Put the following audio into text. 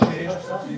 יש הוראות מעבר.